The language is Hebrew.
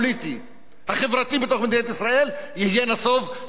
החברתי, בתוך מדינת ישראל, ייסוב סביב העניין הזה,